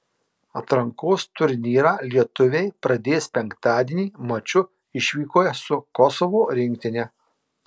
atrankos turnyrą lietuviai pradės penktadienį maču išvykoje su kosovo rinktine